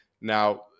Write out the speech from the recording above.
Now